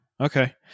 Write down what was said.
Okay